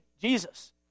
Jesus